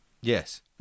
yes